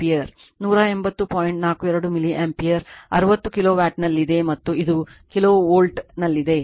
42 milli ampere 60 ಕಿಲೋವ್ಯಾಟ್ನಲ್ಲಿದೆ ಮತ್ತು ಇದು ಕಿಲೋವೋಲ್ಟ್ನಲ್ಲಿದೆ